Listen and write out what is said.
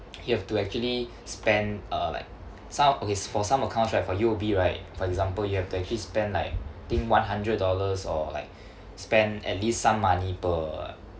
you have to actually spend uh like some okay for some accounts right for U_O_B right for example you have to actually spend like think one hundred dollars or like spend at least some money per